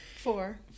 Four